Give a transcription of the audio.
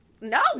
No